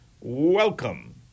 welcome